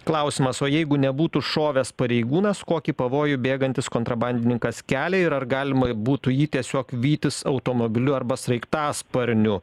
klausimas o jeigu nebūtų šovęs pareigūnas kokį pavojų bėgantis kontrabandininkas kelia ir ar galima būtų jį tiesiog vytis automobiliu arba sraigtasparniu